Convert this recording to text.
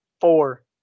Four